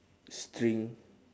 string